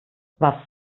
was